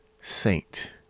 saint